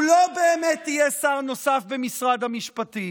הוא לא באמת יהיה שר נוסף במשרד המשפטים,